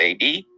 AD